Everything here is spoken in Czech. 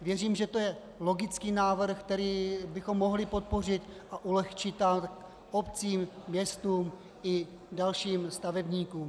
Věřím, že to je logický návrh, který bychom mohli podpořit, a ulehčit tak obcím, městům i dalším stavebníkům.